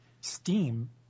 Steam